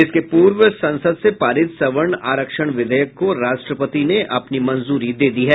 इसके पूर्व संसद से पारित सवर्ण आरक्षण विधेयक को राष्ट्रपति ने अपनी मंजूरी दे दी है